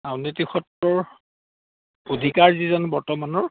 আউনীআটি সত্ৰৰ অধিকাৰ যিজন বৰ্তমানৰ